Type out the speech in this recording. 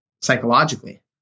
psychologically